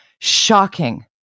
Shocking